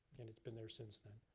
and it's been there since then.